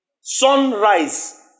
sunrise